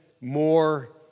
more